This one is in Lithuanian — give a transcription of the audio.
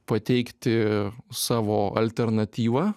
pateikti savo alternatyvą